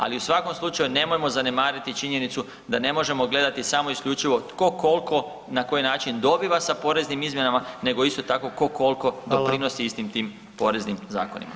Ali u svakom slučaju nemojmo zanemariti činjenicu da ne možemo gledati samo isključivo ko kolko i na koji način dobiva sa poreznim izmjenama nego isto tako ko kolko doprinosi istim tim poreznim zakonima.